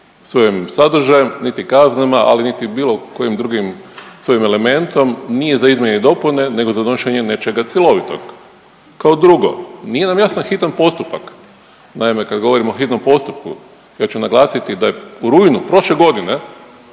svojim sadržajem niti kaznama, ali niti bilo kojim drugim svojim elementom nije za izmjene i dopune nego za donošenje nečega cjelovitog. Kao drugo, nije nam jasan hitan postupak. Naime, kad govorimo o hitnom postupku, ja ću naglasiti da je u rujnu prošle godine